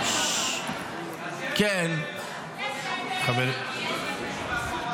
------ חסך כל החיים שלו ביטוח לאומי.